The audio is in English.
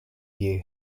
you